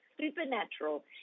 supernatural